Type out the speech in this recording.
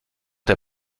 der